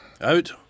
Out